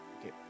Okay